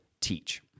teach